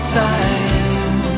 time